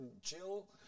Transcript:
Jill